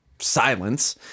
silence